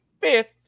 fifth